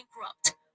bankrupt